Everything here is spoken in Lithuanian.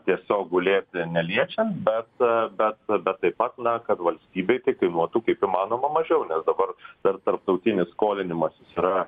tiesiog gulėti neliečiant bet bet bet taip pat na kad valstybei tai kainuotų kaip įmanoma mažiau nes dabar tas tarptautinį skolinimasis yra